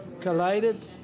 collided